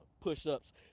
push-ups